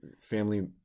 family